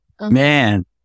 Man